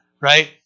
right